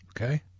okay